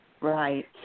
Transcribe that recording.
right